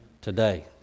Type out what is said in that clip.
today